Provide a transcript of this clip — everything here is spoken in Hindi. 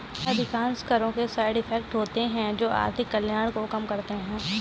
अधिकांश करों के साइड इफेक्ट होते हैं जो आर्थिक कल्याण को कम करते हैं